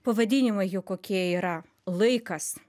pavadinimai jau kokie yra laikas